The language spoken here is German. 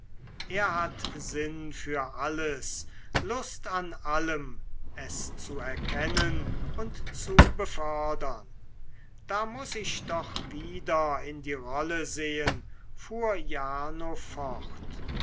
er hat sinn für alles lust an allem es zu erkennen und zu befördern da muß ich doch wieder in die rolle sehen fuhr jarno fort